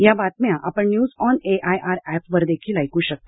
या बातम्या आपण न्यूज ऑन एआयआर ऍपवर देखील ऐकू शकता